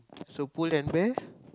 so Pull-and-Bear